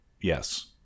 yes